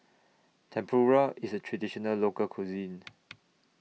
Tempura IS A Traditional Local Cuisine